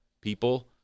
people